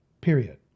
period